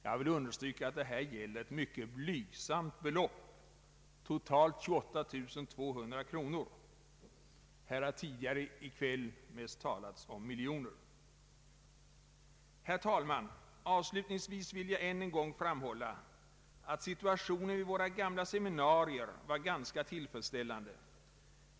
Jag vill understryka att det här gäller ett mycket blygsamt belopp, totalt 28 200 kronor. Här har tidigare i kväll mest talats om miljoner. Herr talman! Avslutningsvis vill jag än en gång framhålla att situationen vid våra gamla seminarier var ganska tillfredsställande.